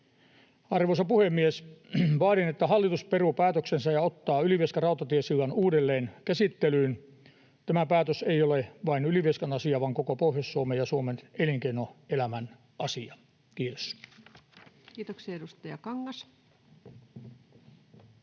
Arvoisa puhemies! Vaadin, että hallitus peruu päätöksensä ja ottaa Ylivieskan rautatiesillan uudelleen käsittelyyn. Tämä päätös ei ole vain Ylivieskan asia, vaan koko Pohjois-Suomen ja Suomen elinkeinoelämän asia. — Kiitos. [Speech 17]